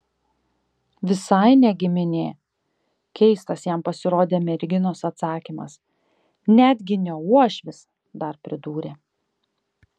visai ne giminė keistas jam pasirodė merginos atsakymas netgi ne uošvis dar pridūrė